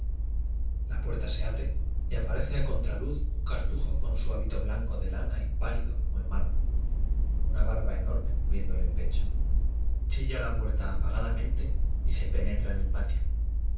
la puerta se abre y aparece a contraluz un cartujo con su hábito blanco de lana y pálido como el mármol con una barba enorme cubriéndole el pecho chilla la puer ta apagadamente y se penetra en el patio